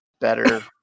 better